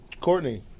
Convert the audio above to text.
Courtney